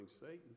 Satan